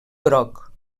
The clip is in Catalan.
groc